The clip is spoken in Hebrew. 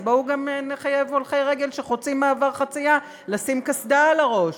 אז בואו וגם נחייב הולכי רגל שחוצים במעבר חציה לשים קסדה על הראש,